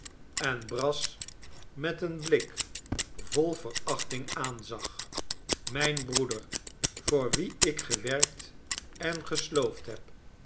en brass met een blik vol verachting aanzag mijn broeder voor wien ik gewerkt en gesloofd heb